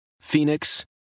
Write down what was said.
Phoenix